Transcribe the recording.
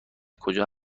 کجا